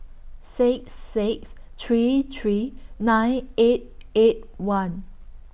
six six three three nine eight eight one